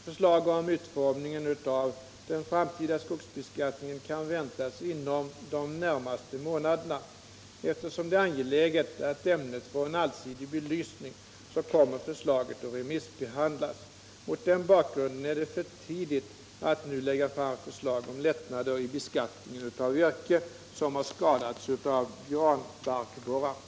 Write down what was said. Förslag om utformningen av den framtida skogsbeskattningen kan väntas inom de närmaste månaderna. Eftersom det är angeläget att ämnet får en allsidig belysning, kommer förslaget att remissbehandlas. Mot denna bakgrund är det för tidigt att nu lägga fram förslag om lättnader i i beskattningen av virke som har skadats av granbarkborrar.